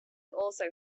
also